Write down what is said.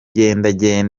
bikwiye